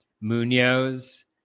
Munoz